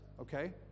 Okay